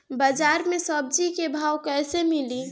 बाजार मे सब्जी क भाव कैसे मिली?